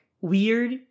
weird